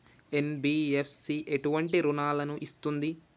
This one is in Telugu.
ఎన్.బి.ఎఫ్.సి ఎటువంటి రుణాలను ఇస్తుంది?